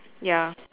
ya